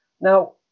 Now